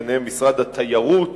ביניהם משרד התיירות